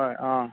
হয় অঁ